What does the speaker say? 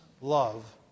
love